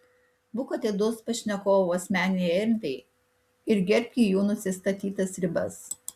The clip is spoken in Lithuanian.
būk atidus pašnekovų asmeninei erdvei ir gerbki jų nusistatytas ribas